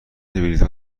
بلیتها